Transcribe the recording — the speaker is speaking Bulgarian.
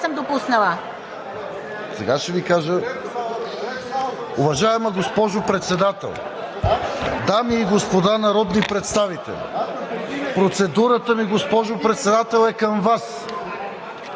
за България): Сега ще Ви кажа. Уважаема госпожо Председател, дами и господа народни представители! Процедурата ми, госпожо Председател, е към Вас.